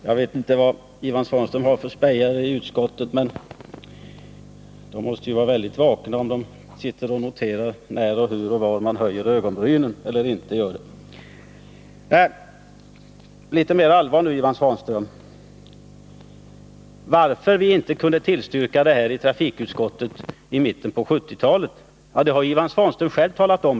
Jag vet inte vad Ivan Svanström har för spejare i utskottet, men de måste vara väldigt vakna om de sitter och noterar när, var och hur man höjer ögonbrynen eller inte gör det. Litet mer allvar nu, Ivan Svanström! Orsaken till att vi inte kunde tillstyrka detta förslag i trafikutskottet i mitten på 1970-talet har bl.a. Ivan Svanström själv berättat om.